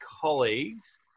colleagues